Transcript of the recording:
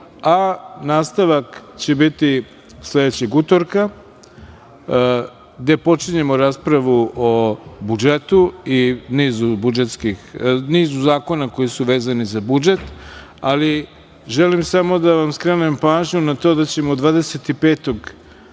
Nastavak će biti sledećeg utorka, gde počinjemo raspravu o budžetu i nizu zakona koji su vezani za budžet. Želim samo da vam skrenem pažnju na to da ćemo 25. novembra